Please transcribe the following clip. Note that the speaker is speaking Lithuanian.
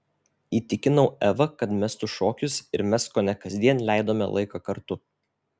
įtikinau evą kad mestų šokius ir mes kone kasdien leidome laiką kartu